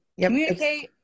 communicate